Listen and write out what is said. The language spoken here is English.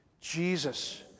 Jesus